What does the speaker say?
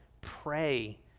Pray